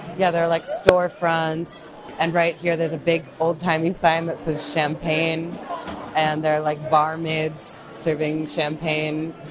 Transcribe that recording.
yeah there are like store fronts and right here there's a big old timey sign that says champagne and there are like bar maids serving champagne.